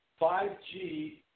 5G